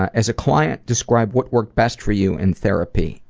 as a client, describe what worked best for you in therapy.